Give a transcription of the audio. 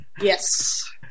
Yes